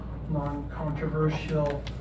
non-controversial